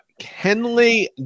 Kenley